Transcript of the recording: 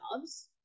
jobs